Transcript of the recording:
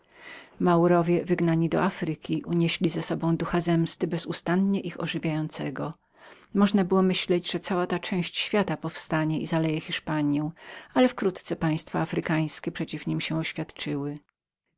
maurowie wygnani do afryki unieśli z sobą ducha zemsty bezustannie ich ożywiającego myślanoby że cała ta część świata powstanie i zaleje hiszpanią ale wkrótce państwa afrykańskie przeciw nim się oświadczyły